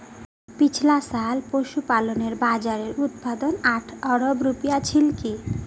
पिछला साल पशुपालन बाज़ारेर उत्पाद आठ अरब रूपया छिलकी